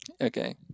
Okay